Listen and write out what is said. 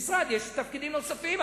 במשרד יש תפקידים נוספים,